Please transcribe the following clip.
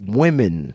women